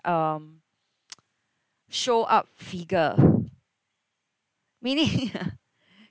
um show up figure meaning ah